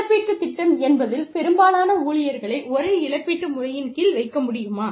இழப்பீட்டுத் திட்டம் என்பதில் பெரும்பாலான ஊழியர்களை ஒரே இழப்பீட்டு முறையின் கீழ் வைக்க முடியுமா